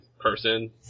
person